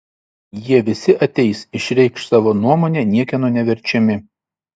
jie visi ateis išreikš savo nuomonę niekieno neverčiami